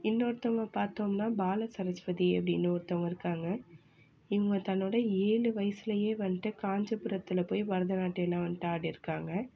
இன்னொருத்தவங்க பார்த்தோம்னா பாலசரஸ்வதி அப்படின்னு ஒருத்தவங்க இருக்காங்கள் இவங்க தன்னோட ஏழு வயசுலேயே வந்துட்டு காஞ்சுபுரத்தில் போய் பரதநாட்டியலா வந்துட்டு ஆடிருக்காங்கள்